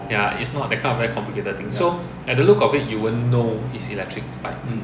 ya it's not that kind of very complicated thing so at the look of it you won't know it's electric bike